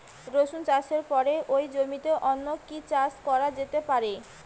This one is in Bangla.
রসুন চাষের পরে ওই জমিতে অন্য কি চাষ করা যেতে পারে?